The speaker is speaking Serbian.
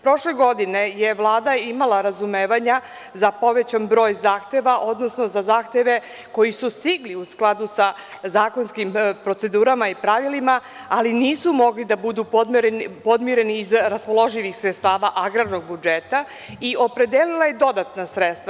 Prošle godine je Vlada imala razumevanja za povećan broj zahteva, odnosno za zahteve koji su stigli u skladu sa zakonskim procedurama i pravilima, ali nisu mogli da budu podmireni iz raspoloživih sredstava agrarnog budžeta i opredelila je dodatna sredstva.